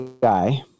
guy